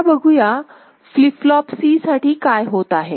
आता बघूया flip flop C साठी काय होत आहे